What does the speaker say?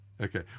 okay